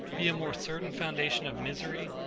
be a more certain foundation of misery,